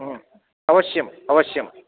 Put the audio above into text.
अवश्यम् अवश्यम्